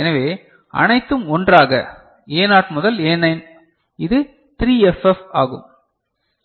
எனவே அனைத்தும் 1 ஆக A0 முதல் A9 இது 3FF ஆகும்